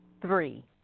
three